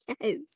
Yes